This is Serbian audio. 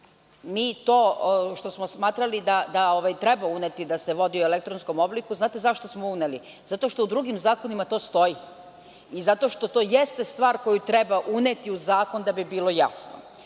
To što smo smatrali da treba uneti da se vodi u elektronskom obliku, znate zašto smo uneli? Zato što u drugim zakonima to stoji i zato što to jeste stvar koju treba uneti u zakon da bi bilo jasno. Ono